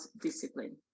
discipline